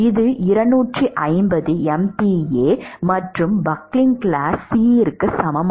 இது 250 MPa மற்றும் buckling class C க்கு சமம்